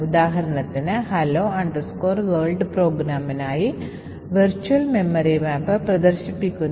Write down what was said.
ഉദാഹരണത്തിന് ഒരു കംപൈലർ ഒരു ഫംഗ്ഷനിൽ ഒരു ബഫർ ഓവർഫ്ലോയ്ക്ക് സാധ്യതയുണ്ടെന്ന് കണ്ടെത്തിയാൽ മാത്രമേ കാനറികൾ ചേർക്കൂ